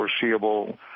foreseeable